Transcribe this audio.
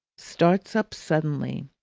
starts up suddenly,